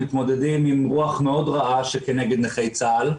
אנחנו מתמודדים עם רוח מאוד רעה כנגד נכי צה"ל.